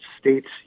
state's